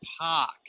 Park